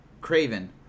Craven